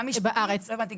לא הבנתי,